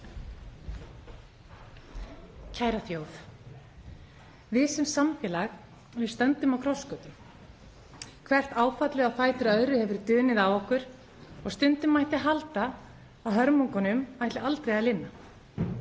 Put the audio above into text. Kæra þjóð. Við sem samfélag stöndum á krossgötum. Hvert áfallið á fætur öðru hefur dunið á okkur og stundum mætti halda að hörmungum ætli aldrei að linna.